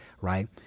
right